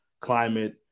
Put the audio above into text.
climate